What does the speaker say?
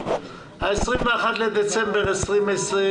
ה-21 בדצמבר 2020,